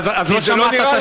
לא, אז לא שמעת את השאלה.